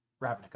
ravnica